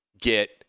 get –